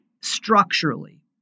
structurally